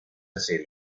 hacia